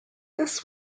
this